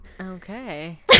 Okay